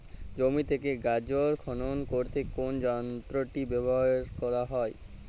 জমি থেকে গাজর খনন করতে কোন যন্ত্রটি ব্যবহার করা হয়?